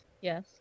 yes